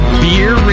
beer